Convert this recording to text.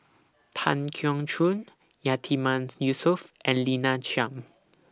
Tan Keong Choon Yatiman Yusof and Lina Chiam